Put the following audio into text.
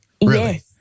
Yes